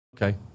Okay